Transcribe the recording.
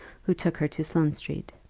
who took her to sloane-street.